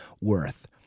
worth